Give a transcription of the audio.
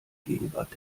gegenwart